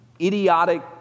idiotic